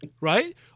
Right